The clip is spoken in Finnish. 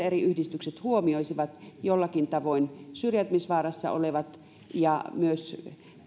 eri yhdistykset huomioisivat jollakin tavoin syrjäytymisvaarassa olevat ja että myös